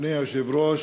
אדוני היושב-ראש,